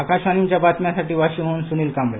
आकाशवाणीच्या बातम्यांसाठी वाशीम हन सुनील कांबळे